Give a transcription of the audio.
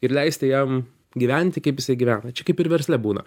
ir leisti jam gyventi kaip jisai gyvena čia kaip ir versle būna